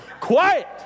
quiet